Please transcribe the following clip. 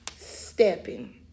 stepping